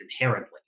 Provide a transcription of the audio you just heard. inherently